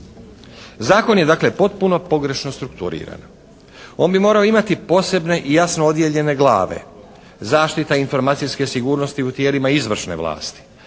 dakle potpuno pogrešno strukturiran. On bi morao imati posebne i jasno odijeljene glave. Zaštita informacijske sigurnosti u tijelima izvršne vlasti.